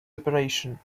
operation